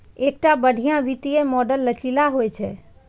एकटा बढ़िया वित्तीय मॉडल लचीला होइ छै